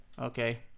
Okay